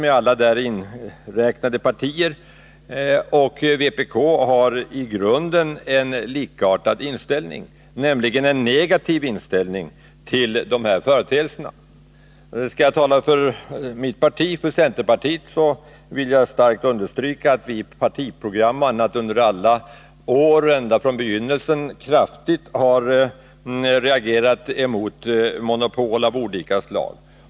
med alla där företrädda partier, och vpk har en i grunden likartad inställning, nämligen en negativ inställning, till dessa företeelser. Skall jag tala för mitt parti, centerpartiet, så vill jag starkt understryka att vi i partiprogram och i andra sammanhang under alla år, ända från begynnelsen. kraftigt har reagerat mot monopol av olika slag.